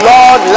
Lord